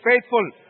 faithful